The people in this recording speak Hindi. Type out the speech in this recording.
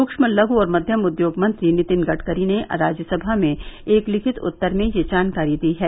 सूक्ष्म लघु और मध्यम उद्योग मंत्री नितिन गडकरी ने राज्य सभा में एक लिखित उत्तर में यह जानकारी दी है